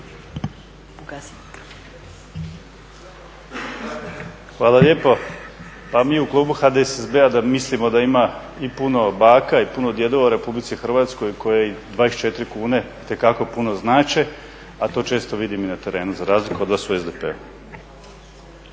Hvala lijepo. Pa mi u klubu HDSSB-a mislimo da ima i puno baka i puno djedova u Republici Hrvatskoj kojoj i 24 kune itekako puno znače, a to često vidim i na terenu za razliku od vas u SDP-u.